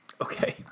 Okay